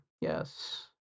Yes